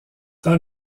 dans